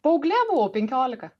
paauglė buvau penkiolika